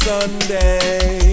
Sunday